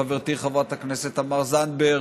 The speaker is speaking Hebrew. חברתי חברת הכנסת תמר זנדברג,